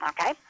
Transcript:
Okay